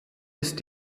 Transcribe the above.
ist